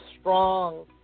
strong